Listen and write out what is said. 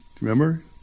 Remember